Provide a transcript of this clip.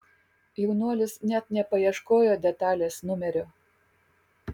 jaunuolis net nepaieškojo detalės numerio